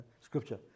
scripture